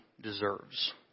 deserves